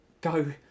go